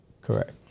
Correct